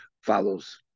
follows